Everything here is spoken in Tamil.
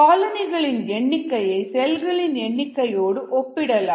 காலனிகளின் எண்ணிக்கையை செல்களின் எண்ணிக்கையோடு ஒப்பிடலாம்